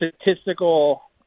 statistical